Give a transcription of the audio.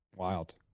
wild